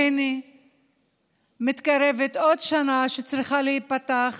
והינה מתקרבת עוד שנה שצריכה להיפתח